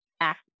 act